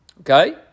okay